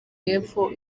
y’epfo